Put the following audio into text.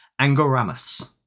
Angoramus